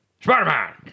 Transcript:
Spider-Man